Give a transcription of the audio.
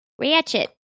Ratchet